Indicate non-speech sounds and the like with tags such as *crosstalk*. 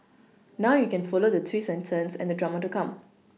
*noise* now you can follow the twists and turns and the drama to come